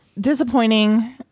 disappointing